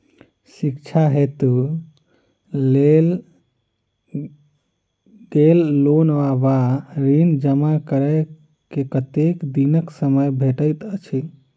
शिक्षा हेतु लेल गेल लोन वा ऋण जमा करै केँ कतेक दिनक समय भेटैत अछि?